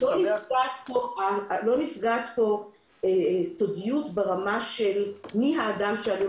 כך שלא נפגעת פה סודיות ברמה של זהות האדם שאמור